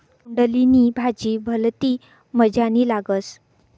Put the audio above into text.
तोंडली नी भाजी भलती मजानी लागस